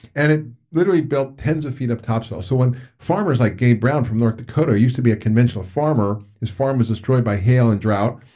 and it literally built tens of feet of topsoil. so when farmers like gabe brown from north dakota used to be a conventional farmer, his farm was destroyed by hail and drought.